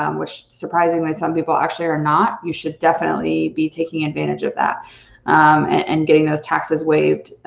um which surprisingly some people actually are not, you should definitely be taking advantage of that and getting those taxes waived.